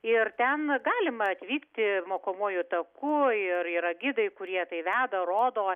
ir ten galima atvykti mokomuoju taku ir yra gidai kurie tai veda rodo